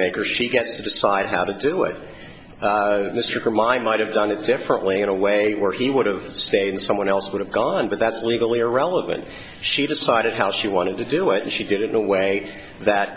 maker she gets to decide how to do it this year from i might have done it differently in a way where he would've stayed someone else would have gone but that's legally irrelevant she decided how she wanted to do it and she did it in a way that